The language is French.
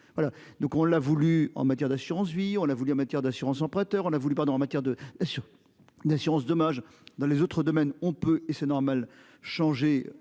donc on l'a voulu, en matière d'assurance vie, on a voulu en matière d'assurance emprunteur. On a voulu prendre en matière de. D'assurance dommages, dans les autres domaines on peut et c'est normal, changer